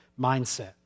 mindset